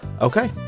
Okay